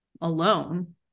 alone